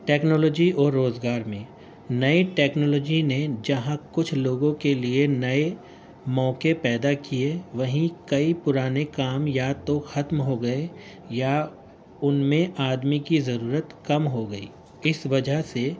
technology اور روزگار میں نئے ٹیکنالوجی نے جہاں کچھ لوگوں کے لیے نئے موقعے پیدا کیے وہیں کئی پرانے کام یا تو ختم ہو گئے یا ان میں آدمی کی ضرورت کم ہو گئی اس وجہ سے